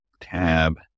tab